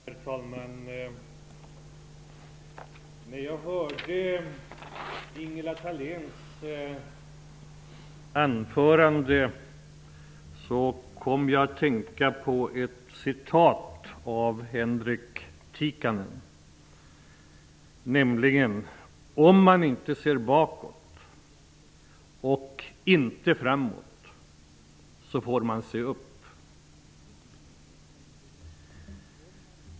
Herr talman! När jag hörde Ingela Thaléns anförande kom jag att tänka på ett citat av Henrik Tikkanen: Om man inte ser bakåt och inte framåt så får man se upp.